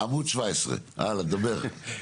עמוד 17. הלאה, דבר.